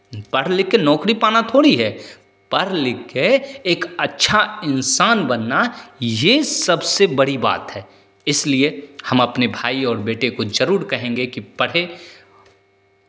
पढ़ लिख के नौकरी पाना थोड़ी है पढ़ लिख के एक अच्छा इंसान बनना ये सबसे बड़ी बात है इसलिए हम अपने भाई और बेटे को ज़रूर कहेंगे कि पढ़े